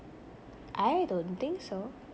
I don't think so